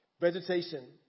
Vegetation